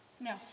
No